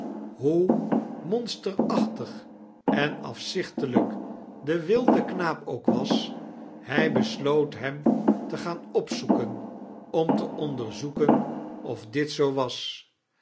hoe monsteraohtig en afzichtelijk de wilde knaap ook was hij besloot hem te gaan opzoeken om te onderzoeken of dit zoo was